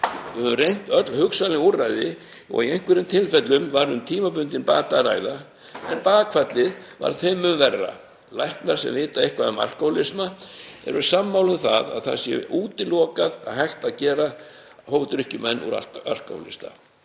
Við höfum reynt öll hugsanleg úrræði. Í einhverjum tilfellum var um tímabundinn bata að ræða, en bakfallið varð þá þeim mun verra. Læknar sem vita eitthvað um alkóhólisma eru sammála um að það sé útilokað að hægt sé að gera hófdrykkjumann úr alkóhólista.